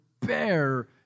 bear